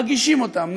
מגישים אותם,